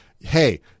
hey